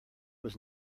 was